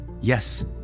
Yes